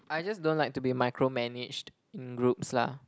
I just don't like to be micro managed in groups lah